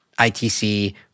ITC